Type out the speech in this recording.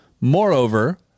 Moreover